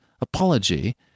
apology